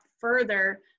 further